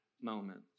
moment